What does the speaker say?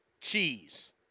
cheese